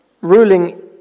ruling